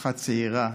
משפחה צעירה,